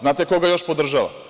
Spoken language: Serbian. Znate koga još podržava?